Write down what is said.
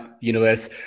universe